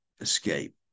escape